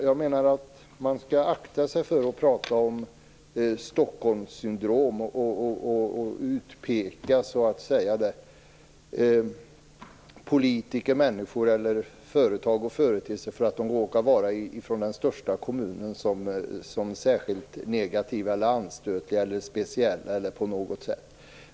Jag menar att man skall akta sig för att tala om Stockholmssyndrom och utpeka människor, politiker, företag och företeelser för att de råkar vara från den största kommunen och att utpeka dem som särskilt negativa, anstötliga eller speciella på något sätt.